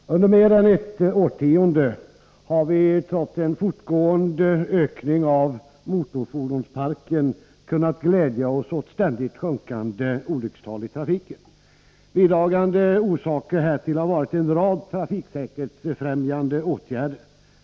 Herr talman! Under mer än ett årtionde har vi, trots en fortgående ökning av motorfordonsparken, kunnat glädja oss åt ständigt sjunkande olyckstal i trafiken. Bidragande orsaker härtill har varit en rad trafiksäkerhetsfrämjande åtgärder.